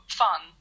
fun